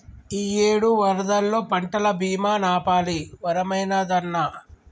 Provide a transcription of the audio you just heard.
ఇయ్యేడు వరదల్లో పంటల బీమా నాపాలి వరమైనాదన్నా